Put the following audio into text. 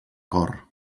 cor